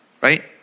right